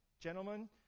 gentlemen